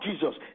Jesus